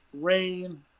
rain